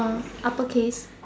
uppercase